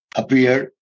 appeared